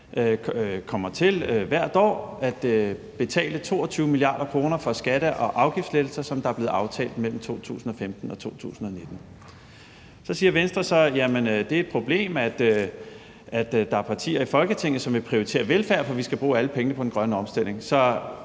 kommer til hvert år at betale 22 mia. kr. for skatte- og afgiftslettelser, som der er blevet aftalt mellem 2015 og 2019. Så siger Venstre: Jamen det er et problem, at der er partier i Folketinget, som vil prioritere velfærd, for vi skal bruge alle pengene på den grønne omstilling.